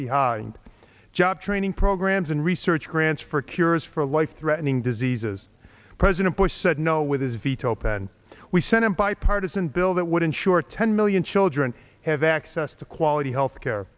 behind job training programs and research grants for cures for life threatening diseases president bush said no with his veto pen we sent a bipartisan bill that would insure ten million children have access to quality health care